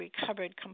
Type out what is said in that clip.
recovered